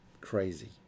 Crazy